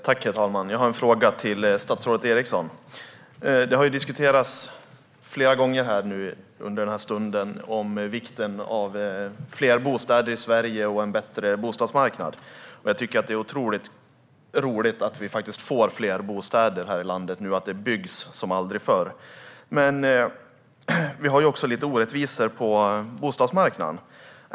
Herr talman! Jag har en fråga till statsrådet Eriksson. Det har flera gånger nu under den här frågestunden diskuterats om vikten av fler bostäder i Sverige och en bättre bostadsmarknad. Jag tycker att det är otroligt roligt att vi faktiskt får fler bostäder här i landet nu, att det byggs som aldrig förr. Men vi har lite orättvisor på bostadsmarknaden.